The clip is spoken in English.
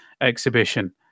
exhibition